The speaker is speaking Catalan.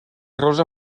rosa